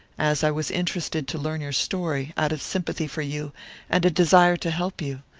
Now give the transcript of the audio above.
as i was interested to learn your story, out of sympathy for you and a desire to help you,